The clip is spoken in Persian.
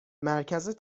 مرکز